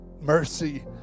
Mercy